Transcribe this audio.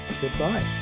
Goodbye